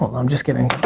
i'm just getting,